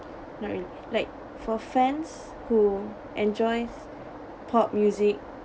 not really like for fans who enjoy pop music